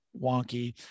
wonky